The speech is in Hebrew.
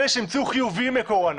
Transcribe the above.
אלה שנמצאו חיוביים לקורונה